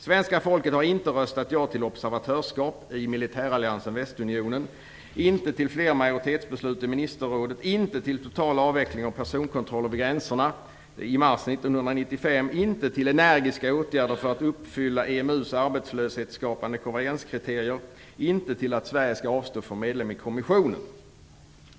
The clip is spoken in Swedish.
Svenska folket har inte röstat ja till observatörsskap i militäralliansen Västeuropeiska unionen, inte till fler majoritetsbeslut i Ministerrådet, inte till total avveckling av personkontroll vid gränserna i mars 1995, inte till energiska åtgärder för att uppfylla EMU:s arbetslöshetsskapande konvergenskriterier och inte till att Sverige skall avstå från att vara medlem i Europeiska kommissionen.